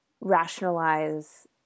rationalize